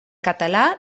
català